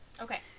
Okay